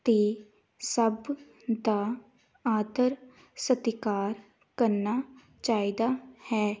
ਅਤੇ ਸਭ ਦਾ ਆਦਰ ਸਤਿਕਾਰ ਕਰਨਾ ਚਾਹੀਦਾ ਹੈ